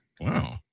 wow